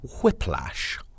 whiplash